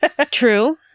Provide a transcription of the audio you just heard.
True